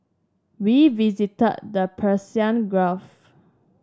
we visited the Persian Gulf